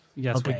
Yes